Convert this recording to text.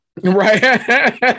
right